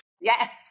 Yes